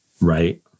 Right